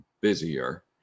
busier